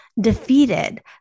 Defeated